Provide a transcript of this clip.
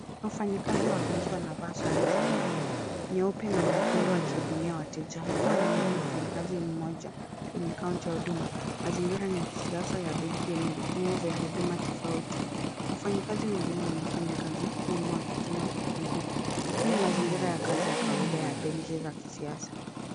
Wafanyikazi wa benki wanavaa sare zenye nyeupe na nyekundu wakihudumia wateje. Mkuu anaongea na mfanyikazi mmoja kwenye kaunta ya huduma. Mazingira ni ya kisiasa ya benki yanye vipimo vya huduma tofauti. Wafanyikazi wengine wanafanya kazi nyuma wakituma kompyuta. Hii ni mazingira ya kazi ya kawaida ya benki za kisiasa.